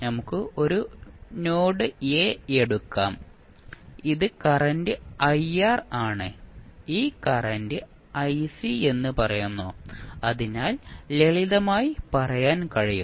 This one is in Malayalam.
നമുക്ക് ഇത് ഒരു നോഡ് എ എടുക്കാം ഇത് കറന്റ് ആണ് ഈ കറന്റ് എന്ന് പറയുന്നു അതിനാൽ ലളിതമായി പറയാൻ കഴിയും